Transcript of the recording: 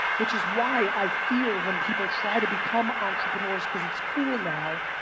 which is why i fear when people try to become entrepreneurs because it's cool. now